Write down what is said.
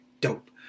dope